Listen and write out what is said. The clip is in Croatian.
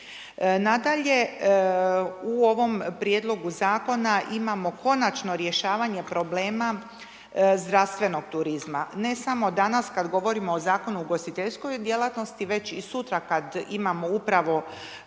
Nadalje, u ovom prijedlogu zakona imamo konačno rješavanje problema zdravstvenog turizma. Ne samo danas kad govorimo o Zakonu o ugostiteljskoj djelatnosti već i sutra kad imamo upravno